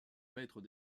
maître